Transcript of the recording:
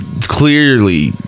clearly